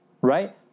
Right